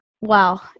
Wow